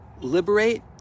liberate